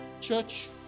church